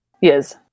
Yes